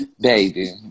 Baby